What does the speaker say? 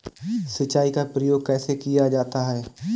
सिंचाई का प्रयोग कैसे किया जाता है?